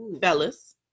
fellas